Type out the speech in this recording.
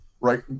right